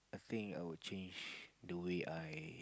think I would change the way I